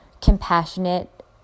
compassionate